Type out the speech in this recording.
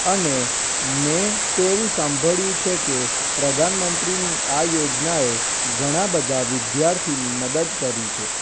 અને મેં તેવું સાંભળ્યું છે કે પ્રધાનમંત્રીની આ યોજનાએ ઘણા બધા વિદ્યાર્થીની મદદ કરી છે